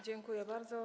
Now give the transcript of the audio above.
Dziękuję bardzo.